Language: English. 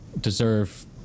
deserve